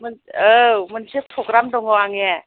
औ मोनसे प्रग्राम दङ आंनिया